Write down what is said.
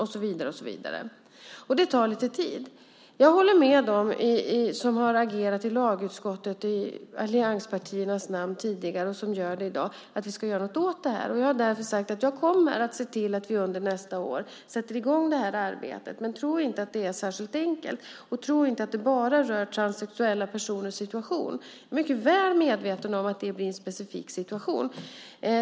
Det tar lite tid att ta ställning till dessa frågor. Jag håller med dem som har agerat i lagutskottet i allianspartiernas namn tidigare och i dag. Vi ska göra något åt detta. Jag har därför sagt att jag kommer att se till att vi under nästa år sätter i gång det här arbetet. Men tro inte att det är särskilt enkelt, och tro inte att det bara rör transsexuellas situation. Jag är väl medveten om att det är en specifik situation.